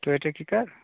Toyota की car